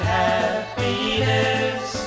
happiness